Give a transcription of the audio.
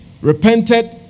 repented